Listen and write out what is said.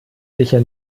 sicher